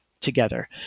together